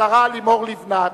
השרה לימור לבנת.